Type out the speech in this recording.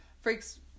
freaks